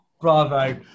Bravo